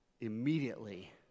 immediately